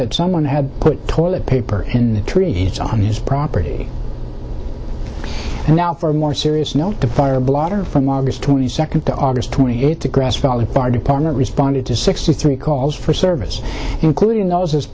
that someone had put toilet paper in the trees on his property and now for a more serious note the fire blotter from aug twenty second to august twenty eighth grass falling apart department responded to sixty three calls for service including those as